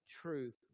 truth